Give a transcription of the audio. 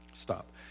Stop